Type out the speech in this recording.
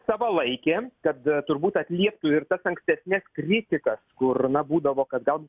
savalaikė kad turbūt atlieptų ir tas ankstesnes kritikas kur na būdavo kad gal